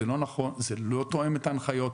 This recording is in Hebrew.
זה לא תואם את ההנחיות,